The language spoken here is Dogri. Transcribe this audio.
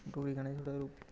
डोगरी गाने च थोह्ड़ा